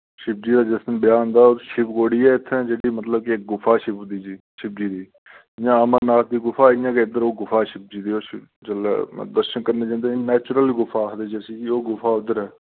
शिव जी दा जिस दिन ब्याह् होंदा ओह् शिव खोड़ी ऐ इत्थै जेह्ड़ी मतलब कि गुफा शिव जी शिव जी दी जि'यां अमरनाथ दी गुफा इ'यां गै इद्दर ओह् गुफा शिव जी दी होर शिव जिल्लै दर्शन करने जंदे नैचरल गुफा आखदे जिस्सी ओह् गुफा उद्दर ऐ